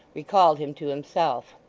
recalled him to himself.